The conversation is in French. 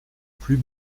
plus